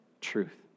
truth